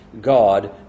God